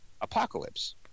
apocalypse